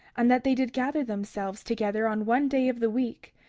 and that they did gather themselves together on one day of the week,